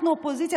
אנחנו אופוזיציה,